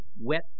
wet